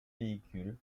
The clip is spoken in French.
véhicules